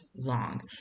long